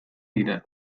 dira